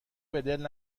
بدل